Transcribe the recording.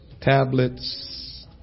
Tablets